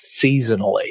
seasonally